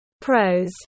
Pros